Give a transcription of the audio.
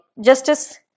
Justice